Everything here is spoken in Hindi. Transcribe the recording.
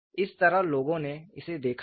इस तरह लोगों ने इसे देखा है